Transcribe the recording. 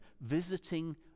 visiting